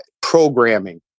programming